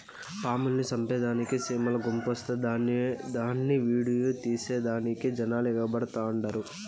పాముల్ని సంపేదానికి సీమల గుంపొస్తే దాన్ని ఈడియో తీసేదానికి జనాలు ఎగబడతండారు